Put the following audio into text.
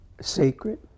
sacred